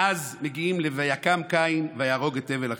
ואז מגיעים ל"ויקם קין" ויהרוג את הבל אחיו.